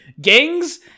gangs